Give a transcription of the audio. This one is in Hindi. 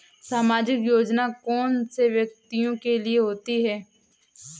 सामाजिक योजना कौन से व्यक्तियों के लिए होती है?